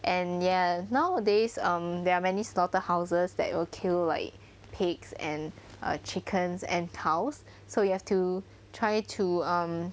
and ya nowadays um there are many slaughterhouses that will kill like pigs and chickens and cows so you have to try to um